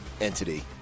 entity